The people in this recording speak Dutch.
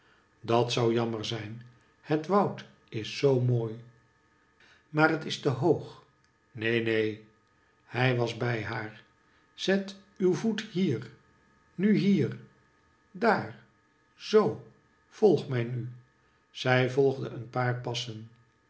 dat zoii jammer zijn het woud is zoo mooi maar het is te hoog neen neen hij was bij haar zet uw voet hier nu hier daar zoo volg mij nu zij volgde een paar passen